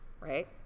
right